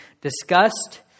discussed